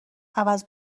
عوض